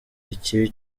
ikibi